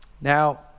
Now